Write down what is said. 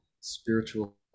spiritual